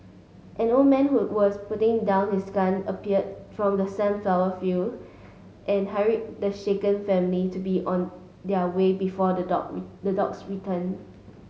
an old man who was putting down his gun appeared from the sunflower field and hurried the shaken family to be on their way before the dog the dogs return